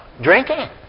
Drinking